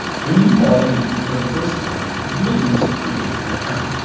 when you log in for the first time you will need to create an account.